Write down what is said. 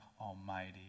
Almighty